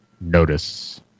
notice